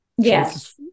Yes